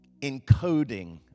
encoding